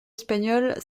espagnol